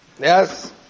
Yes